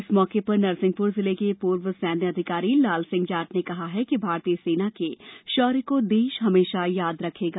इस मौके पर नरसिंहपुर जिले के पूर्व सैन्य अधिकारी लालसिंह जाट ने कहा है कि भारतीय सेना के शौर्य को देश हमेशा याद रखेगा